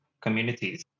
communities